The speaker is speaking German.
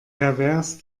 pervers